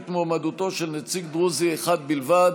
את מועמדותו של נציג דרוזי אחד בלבד,